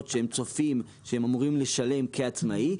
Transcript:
שהם צופים שהם יהיו אמורים לשלם כעצמאים,